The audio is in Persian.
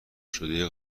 شده